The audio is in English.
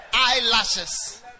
Eyelashes